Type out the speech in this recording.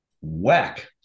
whack